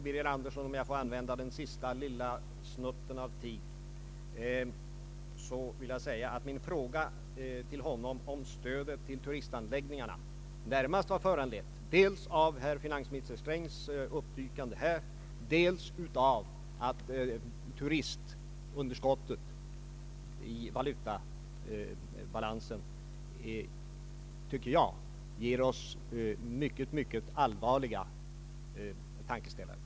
Om jag får använda den sista lilla snutten av tid vill jag säga till herr Birger Andersson, att min fråga till honom om stödet till turistanläggningarna närmast var föranledd dels av finansminister Strängs uppdykande här, dels av att turistunderskottet i valutabalansen ger oss mycket allvarliga tankeställare.